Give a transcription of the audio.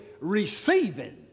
receiving